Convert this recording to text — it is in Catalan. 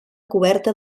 coberta